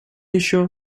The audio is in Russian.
ещё